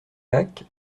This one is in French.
lac